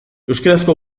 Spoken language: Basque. euskarazko